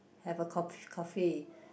have a cof~ coffee